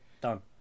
done